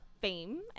Fame